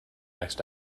next